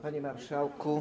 Panie Marszałku!